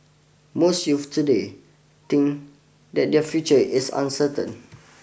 most youth today think that their future is uncertain